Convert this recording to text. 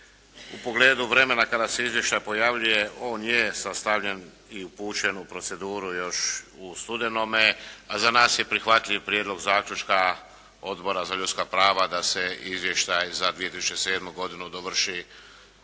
u pogledu vremena kada se izvještaj pojavljuje on je sastavljen i upućen u proceduru još u studenome, a za nas je prihvatljiv prijedlog zaključka Odbora za ljudska prava da se izvještaj za 2007. godinu dovrši